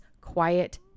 quiet